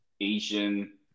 Asian